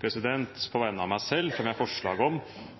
På vegne av meg selv fremmer jeg forslag om